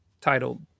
titled